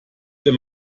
wenn